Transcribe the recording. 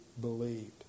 believed